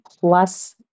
plus